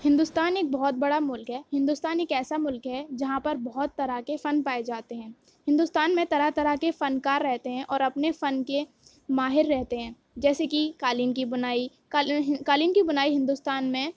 ہندوستان ایک بہت بڑا ملک ہے ہندوستان ایک ایسا ملک ہے جہاں پر بہت طرح کے فن پائے جاتے ہیں ہندوستان میں طرح طرح کے فن کار رہتے ہیں اور اپنے فن کے ماہر رہتے ہیں جیسے کہ قالین کی بنائی کلہن قالین کی بنائی ہندوستان میں